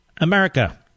America